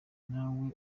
nawe